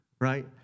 right